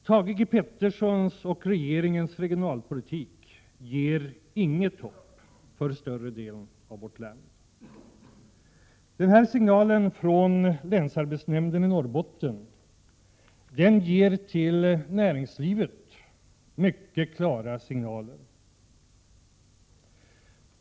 Thage Petersons och regeringens regionalpolitik ger inget hopp för större delen av vårt land. Initiativet från länsarbetsdirektören i Norrbotten ger till näringslivet mycket klara signaler.